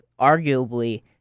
arguably